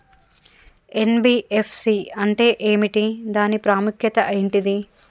NBFC అంటే ఏమిటి దాని ప్రాముఖ్యత ఏంటిది?